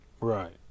Right